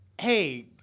hey